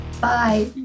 bye